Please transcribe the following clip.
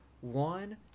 one